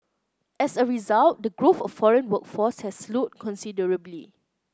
as a result the growth of foreign workforce has slowed considerably